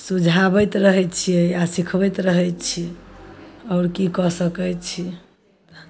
बुझाबैत रहै छियै आ सिखबैत रहय छी और की कऽ सकय छी